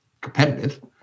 competitive